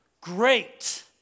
Great